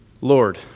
Lord